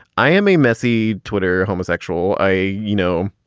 i am a messy twitter homosexual. i, you know,